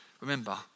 remember